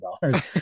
dollars